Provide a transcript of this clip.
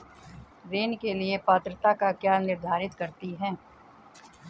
ऋण के लिए पात्रता क्या निर्धारित करती है?